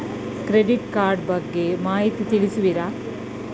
Credit card ಬಗ್ಗೆ ಮಾಹಿತಿ ತಿಳಿಸುವಿರಾ?